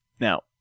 Now